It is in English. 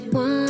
one